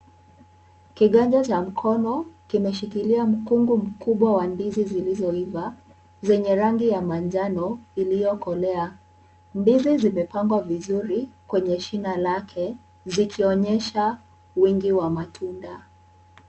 Kiganja cha mkono kimeshikilia mkungu mkubwa wa ndizi zilizoiva, zenye rangi ya manjano iliyokolea. Ndizi zimepangwa vizuri kwenye shina lake zikionyesha wingi wa matunda.